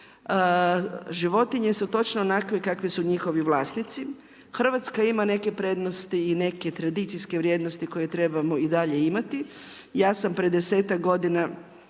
Životinje su točno onakve kakve su njihovi vlasnici. Hrvatska ima neke prednosti i neke tradicijske vrijednosti koje trebamo i dalje imati. Ja sam pred desetak godina